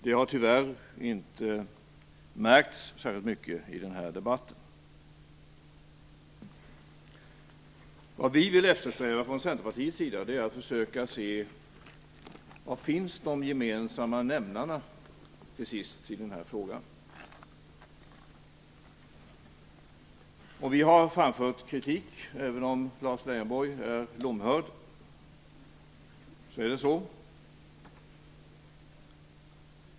Det har tyvärr inte märkts särskilt mycket i denna debatt. Från Centerpartiets sida vill vi eftersträva att försöka se var de gemensamma nämnarna till sist finns i den här frågan. Vi har framfört kritik. Även om Lars Leijonborg är lomhörd, är det så.